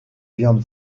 viande